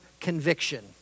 conviction